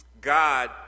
God